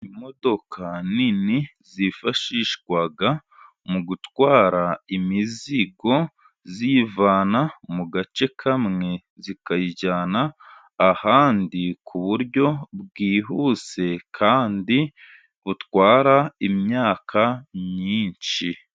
Imodoka nini zifashishwa mu gutwara imizigo, ziyivana mu gace kamwe zikayijyana ahandi, ku buryo bwihuse kandi butwara imyaka myinshi.